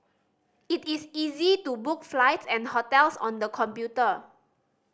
it is easy to book flights and hotels on the computer